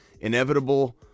inevitable